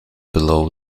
below